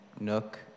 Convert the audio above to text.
Nook